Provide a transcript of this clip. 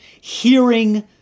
hearing